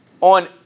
on